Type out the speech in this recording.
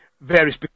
various